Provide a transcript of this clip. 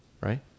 right